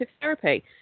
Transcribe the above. therapy